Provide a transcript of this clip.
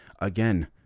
Again